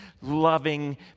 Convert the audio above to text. loving